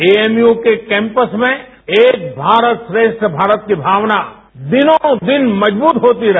AMU के campus में श्एक भारत श्रेष्ठ भारतश की भावना दिनोंदिन मजबूत होती रहे